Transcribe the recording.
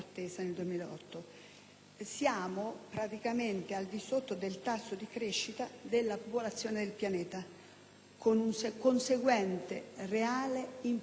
Siamo praticamente al di sotto del tasso di crescita della popolazione del pianeta, con un conseguente, reale, impoverimento